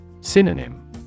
Synonym